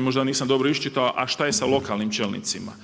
možda ja nisam dobro iščitao, a šta je sa lokalnim čelnicima?